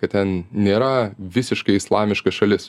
kad ten nėra visiškai islamiška šalis